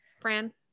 Fran